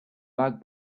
bug